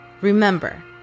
Remember